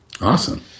Awesome